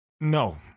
No